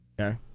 Okay